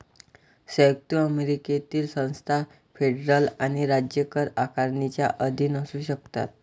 संयुक्त अमेरिकेतील संस्था फेडरल आणि राज्य कर आकारणीच्या अधीन असू शकतात